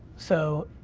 so,